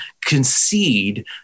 concede